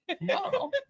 No